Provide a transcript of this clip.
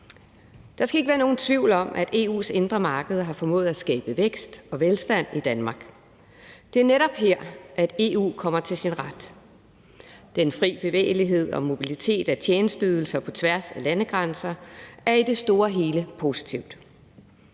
Der skal ikke være nogen tvivl om, at EU's indre marked har formået at skabe vækst og velstand i Danmark. Det er netop her, at EU kommer til sin ret. Den fri bevægelighed og mobilitet af tjenesteydelser på tværs af landegrænser er i det store hele positivt.